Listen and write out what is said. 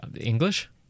English